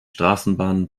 straßenbahnen